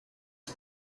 its